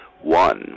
one